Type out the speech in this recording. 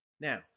Now